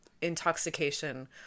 intoxication